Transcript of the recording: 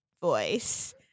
voice